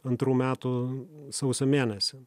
antrų metų sausio mėnesį